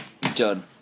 done